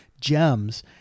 gems